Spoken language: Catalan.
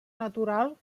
natural